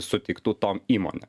suteiktų tom įmonėm